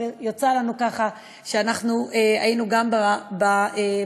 אבל יצא לנו ככה שאנחנו היינו גם בשדולה.